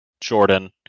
jordan